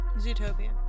Zootopia